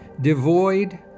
devoid